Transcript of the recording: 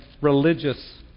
religious